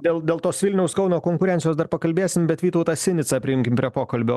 dėl tos vilniaus kauno konkurencijos dar pakalbėsim bet vytautą sinicą prijunkim prie pokalbio